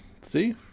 See